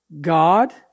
God